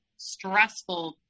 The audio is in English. stressful